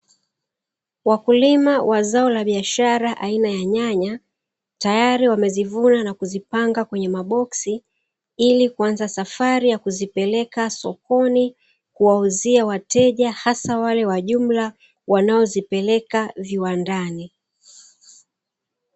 Wakulima wa zao la biashara aina ya nyanya, tayari wamezivuna na kuzipanga kwenye maboksi ili kuanza safari ya kuzipeleka sokoni kuwauzia wateja hasa wale wa jumla wanaozipeleka viwandani.